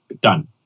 done